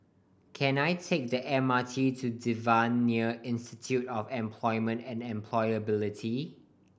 can I take the M R T to Devan Nair Institute of Employment and Employability